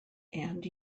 and